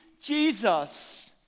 Jesus